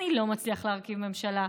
אני לא מצליח להרכיב ממשלה,